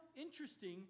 interesting